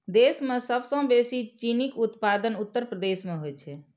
देश मे सबसं बेसी चीनीक उत्पादन उत्तर प्रदेश मे होइ छै